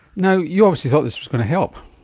you know you obviously thought this was going to help.